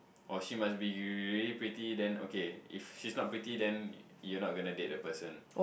or she must be really pretty then okay if she's not pretty then you're not gonna date the person